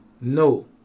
No